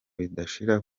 ridashira